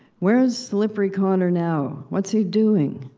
where's slippery connor now? what's he doing?